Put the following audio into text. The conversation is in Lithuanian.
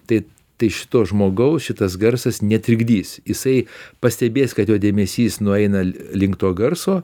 tai tai šito žmogaus šitas garsas netrikdys jisai pastebės kad jo dėmesys nueina link to garso